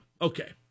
Okay